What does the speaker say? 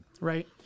Right